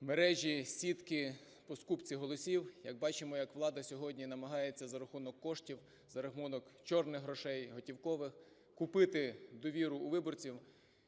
мережі, сітки по скупці голосів. Як бачимо, як влада сьогодні намагається за рахунок коштів, за рахунок "чорних" грошей, готівкових купити довіру у виборців,